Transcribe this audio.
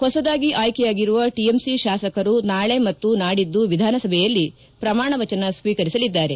ಹೊಸದಾಗಿ ಆಯ್ಕೆಯಾಗಿರುವ ಟಿಎಂಸಿ ಶಾಸಕರು ನಾಳೆ ಮತ್ತು ನಾಡಿದ್ದು ವಿಧಾನಸಭೆಯಲ್ಲಿ ಪ್ರಮಾಣ ವಚನ ಸ್ವೀಕರಿಸಲಿದ್ದಾರೆ